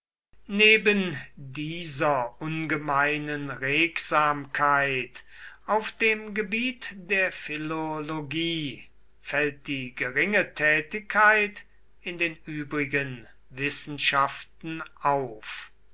neben dieser ungemeinen regsamkeit auf dem gebiet der philologie fällt die geringe tätigkeit in den übrigen wissenschaften auf